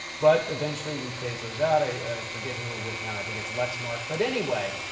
but eventually we phased those out. i forget who we're with now. i think it's lexmark. but anyway,